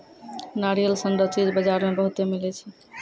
नारियल सन रो चीज बजार मे बहुते मिलै छै